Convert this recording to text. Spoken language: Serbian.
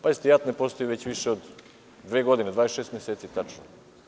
Pazite, JAT ne postoji već više od dve godine, 26 meseci tačno.